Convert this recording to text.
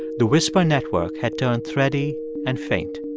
the whisper network had turned thready and faint.